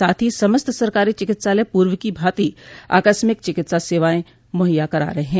साथ ही समस्त सरकारी चिकित्सालय पूर्व की भांति आकस्मिक चिकित्सा सेवाएं मुहैया करा रहे हैं